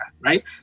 right